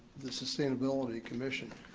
the sustainability commission.